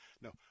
No